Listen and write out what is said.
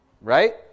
right